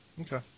Okay